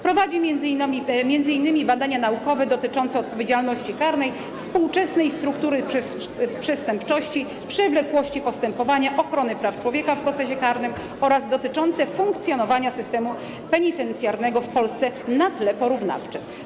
Prowadzi m.in. badania naukowe dotyczące odpowiedzialności karnej, współczesnej struktury przestępczości, przewlekłości postępowania, ochrony praw człowieka w procesie karnym oraz dotyczące funkcjonowania systemu penitencjarnego w Polsce na tle porównawczym.